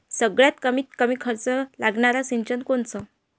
सगळ्यात कमीत कमी खर्च लागनारं सिंचन कोनचं?